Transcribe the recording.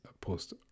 post